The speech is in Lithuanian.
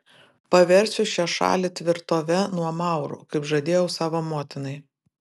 paversiu šią šalį tvirtove nuo maurų kaip žadėjau savo motinai